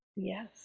Yes